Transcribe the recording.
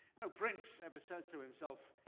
no prince ever says to himself,